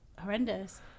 horrendous